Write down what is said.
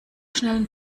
schnellen